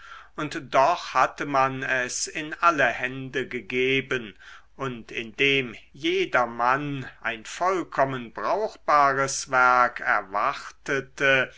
und doch hatte man es in alle hände gegeben und indem jedermann ein vollkommen brauchbares werk erwartete